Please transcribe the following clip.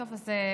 תודה, יקרה.